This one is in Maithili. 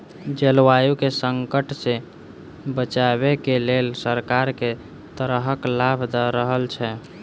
जलवायु केँ संकट सऽ बचाबै केँ लेल सरकार केँ तरहक लाभ दऽ रहल छै?